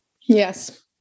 Yes